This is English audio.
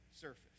surface